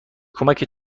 کمک